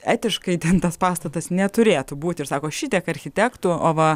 etiškai ten tas pastatas neturėtų būt ir sako šitiek architektų o va